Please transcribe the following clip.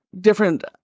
different